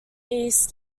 east